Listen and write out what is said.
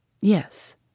Yes